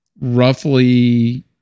roughly